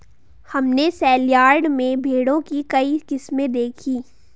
हमने सेलयार्ड में भेड़ों की कई किस्में देखीं